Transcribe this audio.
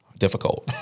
difficult